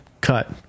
cut